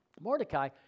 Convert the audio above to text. Mordecai